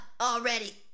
already